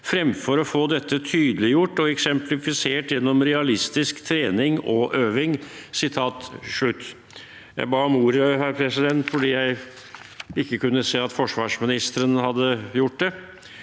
fremfor å få dette tydeliggjort og eksemplifisert gjennom realistisk trening og øving.» Jeg ba om ordet fordi jeg ikke kunne se at forsvarsministeren hadde gjort det,